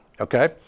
Okay